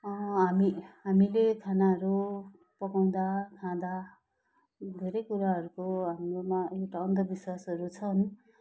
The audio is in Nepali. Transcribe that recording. हामी हामीले खानाहरू पकाउँदा खाँदा धेरै कुराहरूको हाम्रोमा एउटा अन्धविश्वासहरू छन्